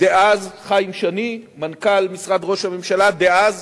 דאז חיים שני ומנכ"ל משרד ראש הממשלה דאז